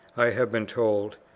i have been told,